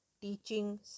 teaching